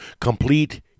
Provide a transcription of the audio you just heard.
Complete